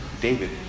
David